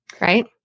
right